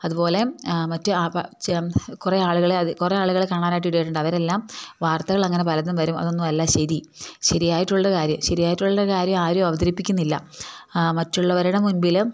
അതുപോലെ മറ്റ് ആ കുറേ ആളുകളെ അത് കുറേ ആളുകളെ കാണാനിടയായിട്ടുണ്ട് അവരെല്ലാം വാർത്തകൾ അങ്ങനെ പലതും വരും അതൊന്നും അല്ല ശരി ശരിയായിട്ടുള്ള കാര്യം ശരിയായിട്ടുള്ള കാര്യം ആരും അവതരിപ്പിക്കുന്നില്ല മറ്റുള്ളവരുടെ മുമ്പിൽ